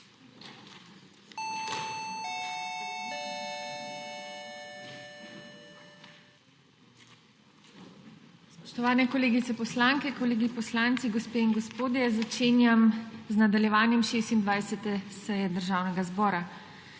Začenjam nadaljevanje 26. seje Državnega zbora.